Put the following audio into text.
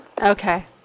Okay